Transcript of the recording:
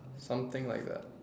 something like that